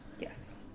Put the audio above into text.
Yes